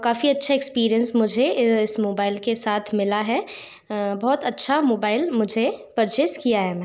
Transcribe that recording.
काफ़ी अच्छा एक्सपीरियंस मुझे इस मोबाइल के साथ मिला है बहुत अच्छा मोबाइल मुझे परचेस किया है मैंने